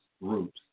roots